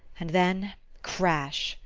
and then crash!